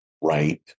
right